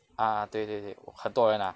ah 对对 !wah! 很多人 ah